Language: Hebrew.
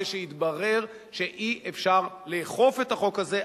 אחרי שהתברר שאי-אפשר לאכוף את החוק הזה,